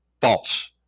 false